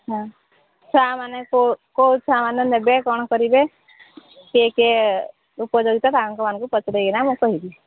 ହୁଁ ଛୁଆମାନେ କୋଉ ଛୁଆମାନେ ନେବେ କ'ଣ କରିବେ କିଏ କିଏ ଉପଯୋଗିତା ସାର୍ମାନଙ୍କୁ ପଚାରି ମୁଁ କହିବି